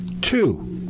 Two